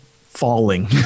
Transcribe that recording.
falling